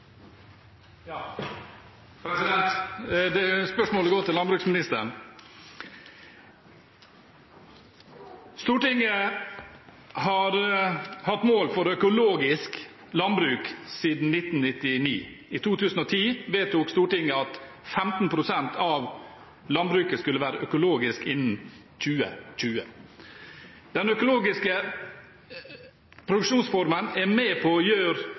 har hatt mål for økologisk landbruk siden 1999. I 2010 vedtok Stortinget at 15 pst. av landbruket skulle være økologisk innen 2020. Den økologiske produksjonsformen er med på å gjøre